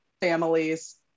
families